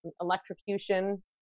electrocution